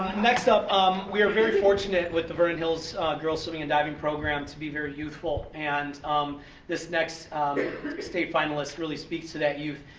next up um we are very fortunate with the vernon hills girls swimming and diving program to be very youthful and um this next next state finalist really speaks to that youth.